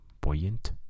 Buoyant